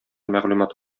мәгълүмат